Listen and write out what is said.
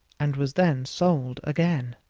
and was then sold again.